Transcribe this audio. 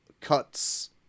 cuts